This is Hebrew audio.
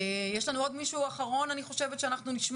יש עוד מישהו אחרון שנשמע?